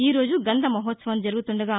ఈ రోజు గంధ మహోత్సవం జరుగుతుండగా